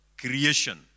creation